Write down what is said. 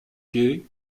kay